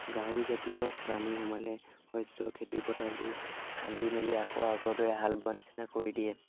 গাহৰিজাতীয় প্ৰাণী সোমালে শস্য খেতিপথাৰবোৰ খান্দি মেলি আকৌ আগৰ দৰে হাল বোৱা নিচিনা কৰি দিয়ে